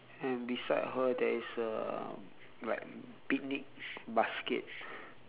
and beside her there is uh like picnic basket